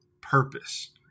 purpose